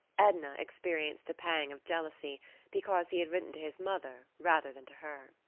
edna experienced a pang of jealousy because he had written to his mother rather than to her.